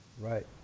Right